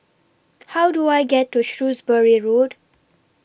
How Do I get to Shrewsbury Road